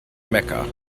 mecha